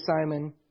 Simon